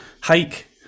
hike